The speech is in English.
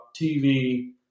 TV